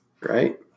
Right